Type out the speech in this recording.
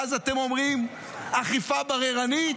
ואז אתם אומרים "אכיפה בררנית"?